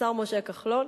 השר משה כחלון,